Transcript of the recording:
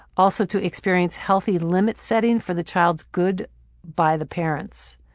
also to experience healthy limit-setting for the child's good by the parents.